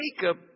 Jacob